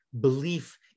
belief